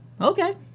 okay